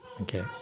Okay